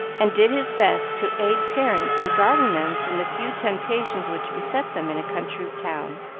and did his best to aid parents in guarding them from the few temptations which beset them in a country town.